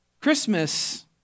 Christmas